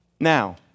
Now